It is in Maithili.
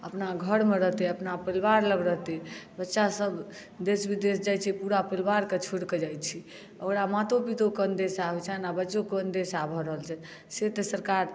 अपना घरमे रहतै अपना परिवार लग रहतै बच्चासभ देश विदेश जाइत छै पूरा परिवारकेँ छोड़ि कऽ जाइत छै ओकरा मातो पितोके अन्देशा होइत छनि आ बच्चोके अन्देशा भऽ रहल छै से तऽ सरकार